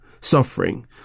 suffering